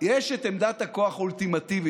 יש את עמדת הכוח האולטימטיבית,